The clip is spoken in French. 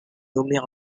nommées